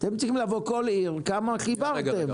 אתם צריכים לבוא ולומר לנו כמה חיברתם בכל עיר.